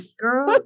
Girl